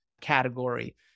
category